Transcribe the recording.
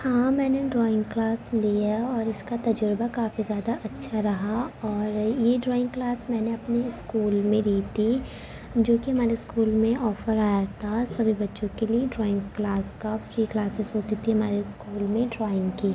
ہاں میں نے ڈرائنگ کلاس لی ہے اور اس کا تجربہ کافی زیادہ اچھا رہا اور یہ ڈرائنگ کلاس میں نے اپنی اسکول میں لی تھی جوکہ ہمارے اسکول میں آفر آیا تھا سبھی بچوں کے لیے ڈرائنگ کلاس کا فری کلاسز ہوتی تھی ہمارے اسکول میں ڈرائنگ کی